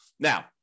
Now